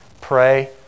pray